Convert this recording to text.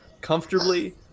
comfortably